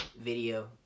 video